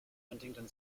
huntington